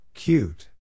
Cute